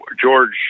George